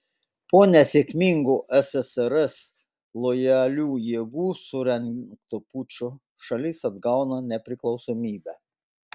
po nesėkmingo ssrs lojalių jėgų surengto pučo šalis atgauna nepriklausomybę